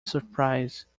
surprise